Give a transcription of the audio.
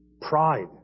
pride